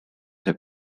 have